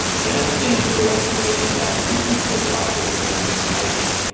that as things reopen again and as businesses are getting more visitation,